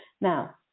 Now